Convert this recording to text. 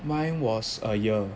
mine was a year